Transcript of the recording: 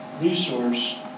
resource